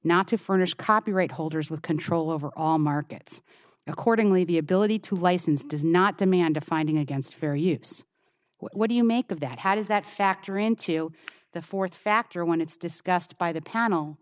not to furnish copyright holders with control over all markets accordingly the ability to license does not demand a finding against fair use what do you make of that how does that factor into the fourth factor when it's discussed by the panel